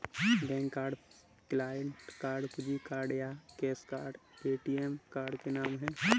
bank card, client card, कुंजी card या cash card ATM card के नाम है